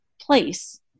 place